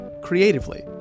creatively